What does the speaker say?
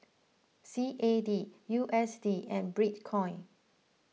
C A D U S D and Bitcoin